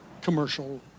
commercial